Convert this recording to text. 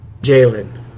Jalen